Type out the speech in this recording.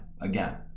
again